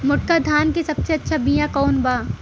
मोटका धान के सबसे अच्छा बिया कवन बा?